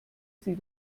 sie